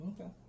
Okay